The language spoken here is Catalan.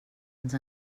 ens